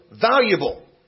valuable